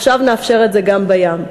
עכשיו נאפשר את זה גם בים.